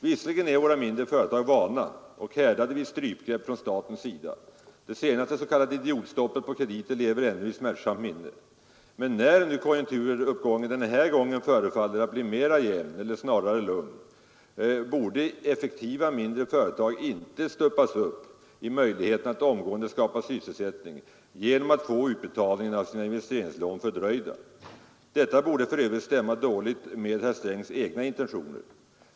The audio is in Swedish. Visserligen är våra mindre företag vana och härdade vid strypgrepp från statens sida — det senaste s.k. idiotstoppet på krediter lever i smärtsamt minne — men när nu konjunkturuppgången förefaller att bli mera jämn eller snarare lugn, borde effektiva mindre företag inte stoppas upp i möjligheterna att omgående skapa sysselsättning genom att få utbetalningen av sina investeringslån fördröjda. Detta borde för övrigt stämma dåligt med herr Strängs egna intentioner.